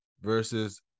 versus